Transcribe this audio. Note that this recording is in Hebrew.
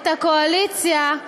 את הקואליציה,